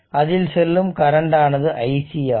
அதில் செல்லும் கரண்ட் ஆனது iC ஆகும்